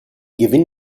gewinn